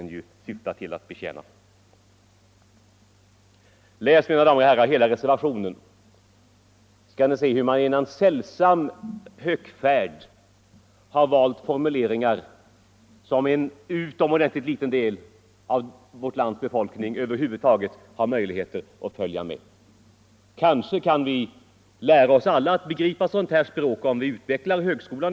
Läs, mina damer och herrar, hela reservationen, så skall ni se hur vpk genom något slags högfärd valt formuleringar som en utomordentligt liten del av vårt lands befolkning över huvud taget har möjligheter att följa med i.